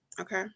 Okay